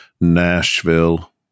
Nashville